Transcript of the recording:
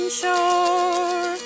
shore